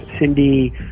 Cindy